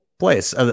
place